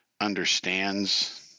understands